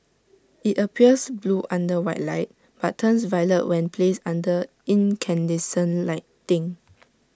IT appears blue under white light but turns violet when placed under incandescent lighting